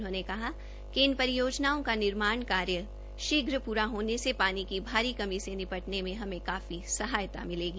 उन्होंने कहा कि इन परियोजनाओं का निर्माण कार्य शीघ्र पूरा होने से पानी की भारी कमी से निपटने में हमें काफी सहायता मिलेगी